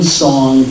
song